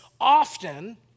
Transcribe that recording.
often